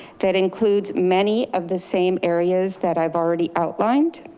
that includes many of the same areas that i've already outlined.